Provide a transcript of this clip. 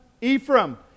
Ephraim